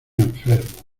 enfermo